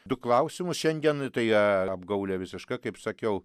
du klausimus šengenui tai yra apgaulę visiška kaip sakiau